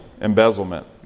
embezzlement